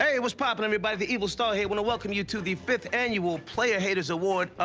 hey, what's poppin', everybody? the evil star here, wanna welcome you to the fifth annual player haters award, ah,